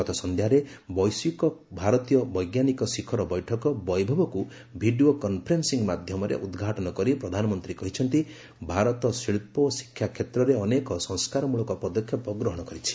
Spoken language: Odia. ଗତ ସଂଧ୍ୟାରେ ବୈଶ୍ୱିକ ଭାରତୀୟ ବୈଜ୍ଞାନିକ ଶିଖର ବୈଠକ ବୈଭବକୁ ଭିଡ଼ିଓ କନ୍ଫରେନ୍ସିଂ ମାଧ୍ୟମରେ ଉଦ୍ଘାଟନ କରି ପ୍ରଧାନମନ୍ତ୍ରୀ କହିଛନ୍ତି ଭାରତ ଶିଳ୍ପ ଓ ଶିକ୍ଷା କ୍ଷେତ୍ରରେ ଅନେକ ସଂସ୍କାରମଳକ ପଦକ୍ଷେପ ଗ୍ରହଣ କରିଛି